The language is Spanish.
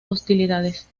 hostilidades